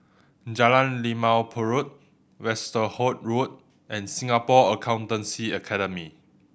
Jalan Limau Purut Westerhout Road and Singapore Accountancy Academy